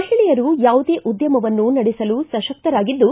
ಮಹಿಳೆಯರು ಯಾವುದೇ ಉದ್ಯಮವನ್ನು ನಡೆಸಲು ಸಶಕ್ತರಾಗಿದ್ದು